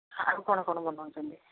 ଆଉ କ'ଣ କ'ଣ ବନଉଛନ୍ତି